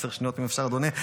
עשר שניות אם אפשר, אדוני.